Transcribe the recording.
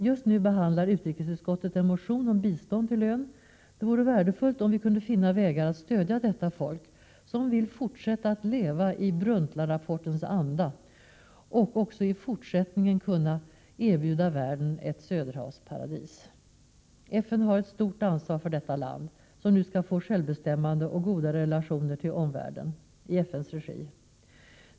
Just nu behandlar utrikesutskottet en motion om bistånd till ön. Det vore värdefullt om vi kunde finna vägar att stödja detta folk som vill fortsätta att leva i Brundtlandrapportens anda och som också i fortsättningen vill kunna erbjuda världen ett Söderhavsparadis. FN har ett stort ansvar för detta land, som nu skall få självbestämmande och goda relationer till omvärlden i FN:s regi.